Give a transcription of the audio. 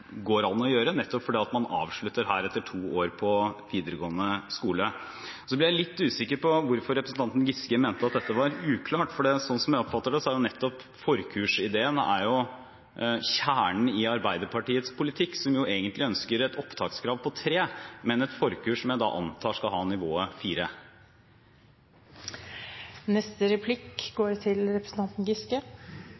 går an å gjøre, nettopp fordi man avslutter etter to år på videregående skole. Jeg ble litt usikker på hvorfor representanten Giske mente at dette var uklart, for som jeg oppfatter det, er nettopp forkursideen kjernen i Arbeiderpartiets politikk, som egentlig ønsker et opptakskrav om karakteren 3, men et forkurs som jeg antar skal ha nivået 4. Jeg synes det er flott at Høyre lærer, for det er ikke så mange år siden at daværende skolepolitisk talsperson, Elisabeth Aspaker, gikk til